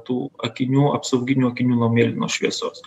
tų akinių apsauginių akinių nuo mėlynos šviesos